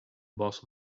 boss